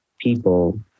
people